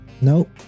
Nope